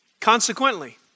Consequently